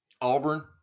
Auburn